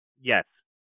Yes